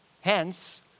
Hence